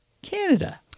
Canada